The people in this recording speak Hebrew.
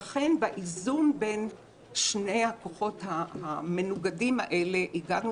לכן באיזון בין שני הכוחות המנוגדים האלה הגענו